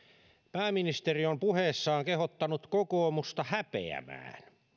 pääministeri on puheessaan kehottanut kokoomusta häpeämään